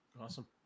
Awesome